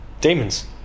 demons